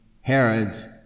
Herod's